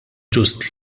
ġust